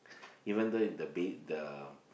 even though the ba~ the